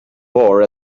war